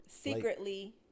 secretly